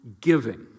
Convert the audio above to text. giving